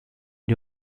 die